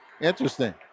Interesting